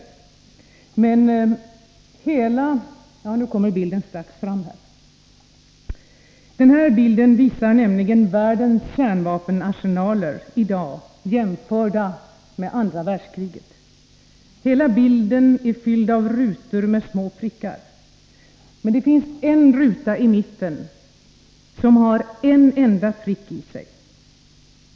Bilden visar världens kärnvapenarsenaler i dag, jämförda med de samlade arsenalerna under andra världskriget. Hela bilden är fylld av rutor med små prickar, men det finns en ruta i mitten som har en enda prick i sig.